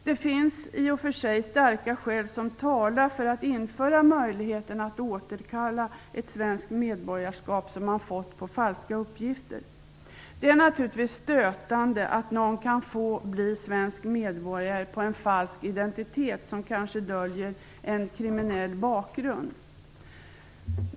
Det finns i och för sig starka skäl som talar för att införa möjligheten att återkalla ett svenskt medborgarskap som man fått på falska uppgifter. Det är naturligtvis stötande att någon kan bli svensk medborgare med en falsk identitet som kanske döljer en kriminell bakgrund.